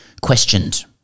questioned